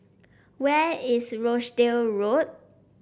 where is Rochdale Road